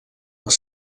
els